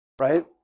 Right